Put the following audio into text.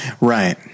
Right